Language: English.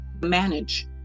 manage